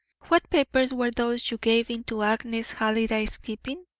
what papers were those you gave into agnes halliday's keeping?